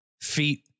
feet